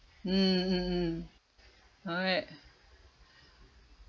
mm mm mm correct